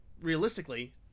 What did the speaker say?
Realistically